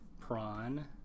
Prawn